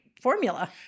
formula